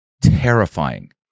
terrifying